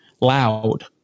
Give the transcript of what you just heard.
loud